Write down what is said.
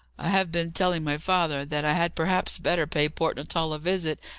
i have been telling my father that i had perhaps better pay port natal a visit,